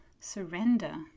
surrender